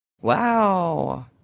Wow